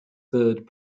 third